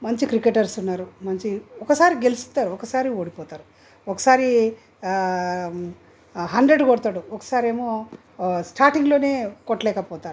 మంచి క్రికెటర్స్ ఉన్నారు మంచి ఒకసారి గెలుస్తారు ఒకసారి ఓడిపోతారు ఒకసారి హండ్రెడ్ కొడతాడు ఒకసారేమో స్టార్టింగ్లోనే కొట్టలేకపోతారు